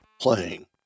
playing